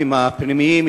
החוקים הפנימיים,